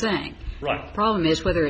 saying right problem is whether